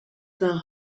zuen